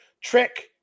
Trick